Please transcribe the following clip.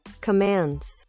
commands